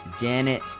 Janet